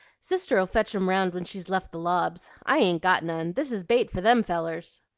sister'll fetch em round when she's left the lobs. i ain't got none this is bait for them fellers.